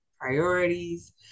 priorities